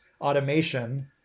automation